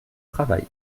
travail